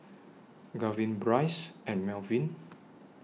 Garvin Bryce and Melvin